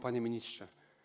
Panie Ministrze!